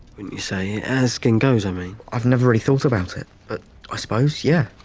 wouldn't you say, as skin goes, i mean. i've never really thought about it, but i suppose, yeah.